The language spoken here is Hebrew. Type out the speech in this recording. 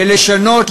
ולשנות,